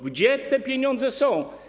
Gdzie te pieniądze są?